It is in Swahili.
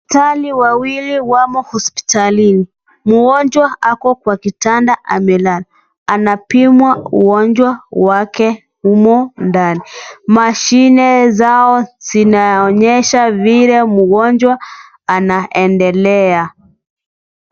Madaktari wawili wamo hospitalini, mgonjwa ako kwa kitanda amelala, anapimwa ugonjwa, wake, humo, ndani, mashine zao zinaonyesha vile, mgonjwa anaendelea.